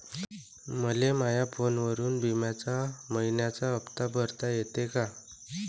मले माया फोनवरून बिम्याचा मइन्याचा हप्ता भरता येते का?